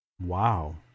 Wow